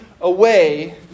away